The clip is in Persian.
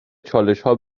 چالشها